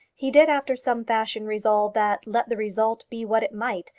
he did after some fashion resolve that, let the result be what it might,